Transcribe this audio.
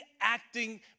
acting